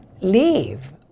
leave